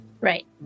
Right